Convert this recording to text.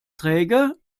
träge